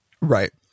Right